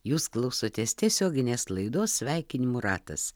jūs klausotės tiesioginės laidos sveikinimų ratas